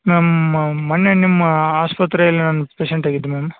ma'am ಮೊನ್ನೆ ನಿಮ್ಮ ಆಸ್ಪತ್ರೆಯಲ್ಲಿ ನಾನು ಪೇಶೆಂಟ್ ಆಗಿದ್ದೆ ಮ್ಯಾಮ್